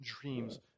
dreams